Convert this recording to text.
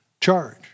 charge